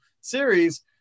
series